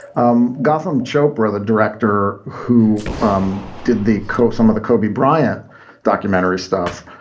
um gotham chopra, the director who um did the coach some of the kobe bryant documentary stuff,